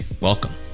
Welcome